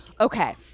Okay